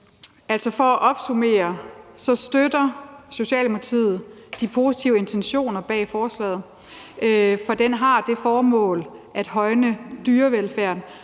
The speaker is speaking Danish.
For at opsummere vil jeg sige, at Socialdemokratiet støtter de positive intentioner bag forslaget, for de har det formål at højne dyrevelfærden,